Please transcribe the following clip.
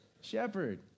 shepherd